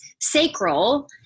sacral